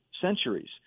centuries